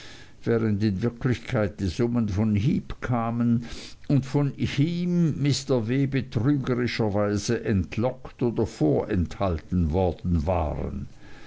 während in wirklichkeit die summen von heep kamen und von ihm mr w betrügerischerweise entlockt oder vorenthalten worden waren